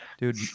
Dude